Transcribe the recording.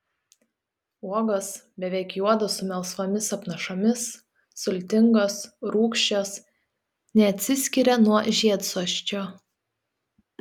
uogos beveik juodos su melsvomis apnašomis sultingos rūgščios neatsiskiria nuo žiedsosčio